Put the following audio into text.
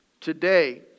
Today